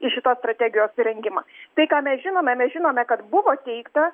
į šitos strategijos rengimą tai ką mes žinome mes žinome kad buvo teikta